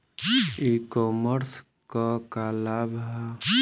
ई कॉमर्स क का लाभ ह?